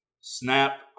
Snap